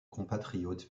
compatriote